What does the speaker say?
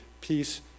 peace